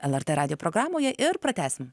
lrt radijo programoje ir pratęsim